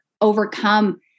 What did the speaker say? overcome